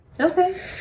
Okay